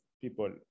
people